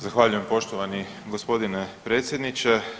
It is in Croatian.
Zahvaljujem poštovani g. predsjedniče.